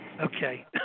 Okay